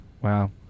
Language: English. Wow